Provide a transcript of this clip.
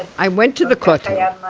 i went to the kotel.